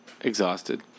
Exhausted